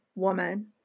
woman